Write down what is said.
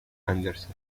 anderson